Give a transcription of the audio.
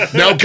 Now